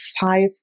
five